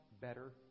better